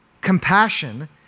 compassion